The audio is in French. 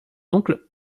oncles